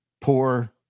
poor